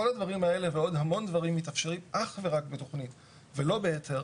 כל הדברים אלה ועוד המון דברים מתאפשרים אך ורק בתכנית ולא בהיתר.